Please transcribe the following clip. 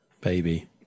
baby